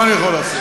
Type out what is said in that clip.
מה אני יכול לעשות?